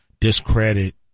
discredit